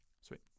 sweet